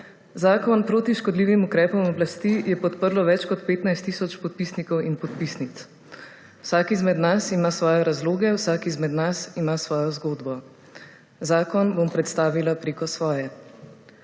Zakon proti škodljivim ukrepom oblasti je podprlo več kot 15 tisoč podpisnikov in podpisnic. Vsak izmed nas ima svoje razloge, vsak izmed nas ima svojo zgodbo. Zakon bom predstavila preko svoje.